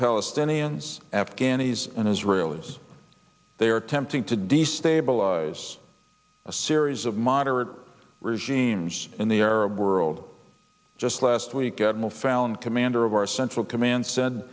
palestinians afghanis and israel as they are attempting to destabilize a series of moderate regimes in the arab world just last week at mill found commander of our central command said